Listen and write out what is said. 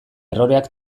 erroreak